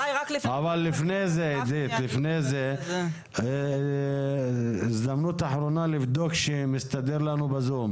אבל לפני זה אני רוצה לתת את רשות הדיבור לפאיז אבו צבאן,